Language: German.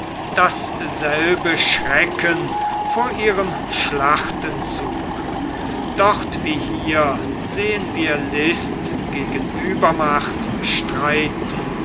dasselbe schrecken vor ihrem schlachtenzuge dort wie hier sehen wir list gegen uebermacht streiten